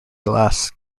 glass